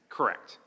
Correct